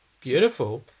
beautiful